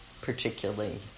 particularly